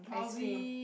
ice cream